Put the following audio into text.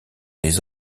les